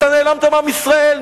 אתה נעלמת מעם ישראל,